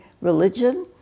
religion